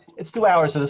it's two hours, and